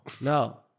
No